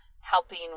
helping